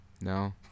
No